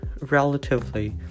relatively